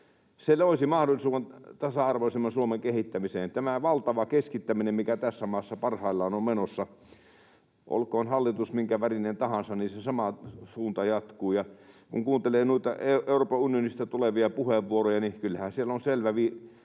Se loisi mahdollisuuden tasa-arvoisemman Suomen kehittämiseen. Tämä valtava keskittäminen, mikä tässä maassa parhaillaan on menossa, olkoon hallitus minkävärinen tahansa, se sama suunta jatkuu, ja kun kuuntelee noita Euroopan unionista tulevia puheenvuoroja, niin kyllähän siellä on selvä